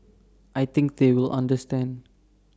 I think they will understand